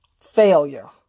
failure